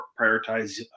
prioritize